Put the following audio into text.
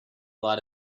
lot